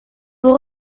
vous